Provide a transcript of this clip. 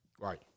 Right